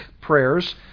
prayers